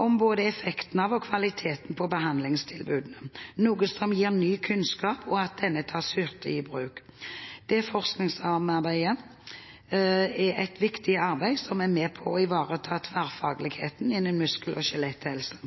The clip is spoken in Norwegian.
om både effekten av og kvaliteten på behandlingstilbudene, noe som gir ny kunnskap og gjør at denne tas hurtig i bruk. Dette forskningssamarbeidet er et viktig arbeid som er med på å ivareta tverrfagligheten innen muskel- og skjeletthelse.